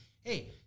hey